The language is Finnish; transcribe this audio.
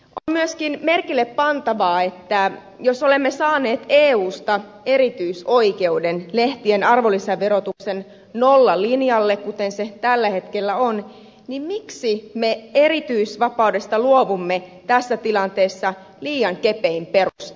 on myöskin merkille pantavaa että jos olemme saaneet eusta erityisoikeuden lehtien arvonlisäverotuksen nollalinjalle kuten se tällä hetkellä on miksi me erityisvapaudesta luovumme tässä tilanteessa liian kepein perustein